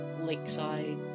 Lakeside